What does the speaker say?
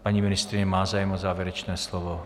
Paní ministryně má zájem o závěrečné slovo.